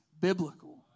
biblical